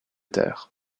terre